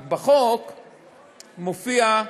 בחוק מופיעה